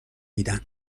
میدن